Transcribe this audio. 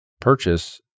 purchase